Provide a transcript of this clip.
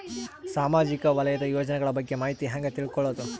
ಸಾಮಾಜಿಕ ವಲಯದ ಯೋಜನೆಗಳ ಬಗ್ಗೆ ಮಾಹಿತಿ ಹ್ಯಾಂಗ ತಿಳ್ಕೊಳ್ಳುದು?